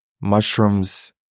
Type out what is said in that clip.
Mushrooms